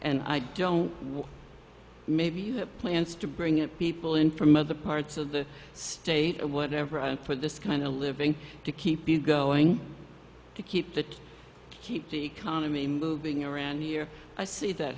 and i don't know maybe you have plans to bring it people in from other parts of the state or whatever for this kind of living to keep you going to keep that keep the economy moving around here i see that